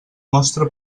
mostra